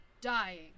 dying